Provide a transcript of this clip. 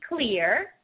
clear